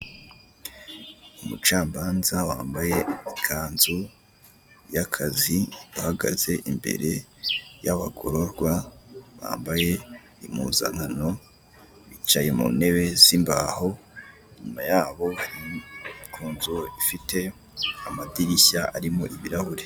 Umucamanza wambaye ikanzu y'akazi, uhagaze imbere y'abagororwa bambaye impuzankano, bicaye mu ntebe z'imbaho, inyuma yabo hari ku nzu ifite amadirisya arimo ibirahure.